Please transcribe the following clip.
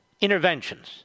interventions